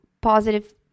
positive